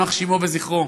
יימח שמו וזכרו,